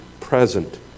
present